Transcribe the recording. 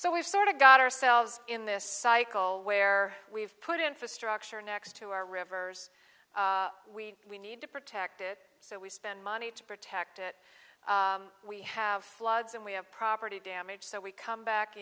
we've sort of got ourselves in this cycle where we've put infrastructure next to our rivers we we need to protect it so we spend money to protect it we have floods and we have property damage so we come back